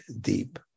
deep